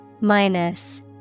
Minus